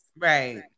Right